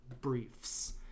briefs